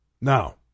Now